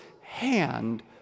hand